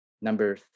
number